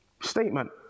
statement